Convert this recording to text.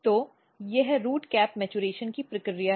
तो ये root cap परिपक्वता की प्रक्रिया है